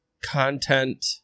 content